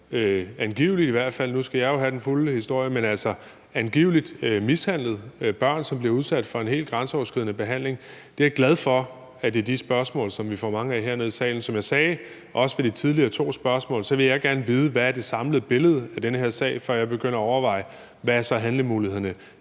altså at der er børn, som bliver udsat for en helt grænseoverskridende behandling. Jeg er glad for, at det er de spørgsmål, som vi får mange af hernede i salen. Som jeg sagde, også ved de tidligere to spørgsmål, vil jeg gerne vide, hvad det samlede billede af den her sag er, før jeg begynder at overveje, hvad handlemulighederne